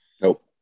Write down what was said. Nope